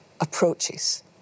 approaches